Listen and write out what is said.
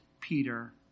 Peter